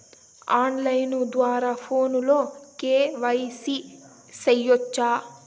on line ద్వారా ఫోనులో KYC సేయొచ్చా